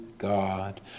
God